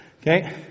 Okay